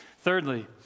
Thirdly